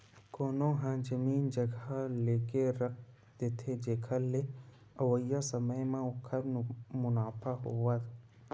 कोनो ह जमीन जघा लेके रख देथे, जेखर ले अवइया समे म ओखर मुनाफा होवय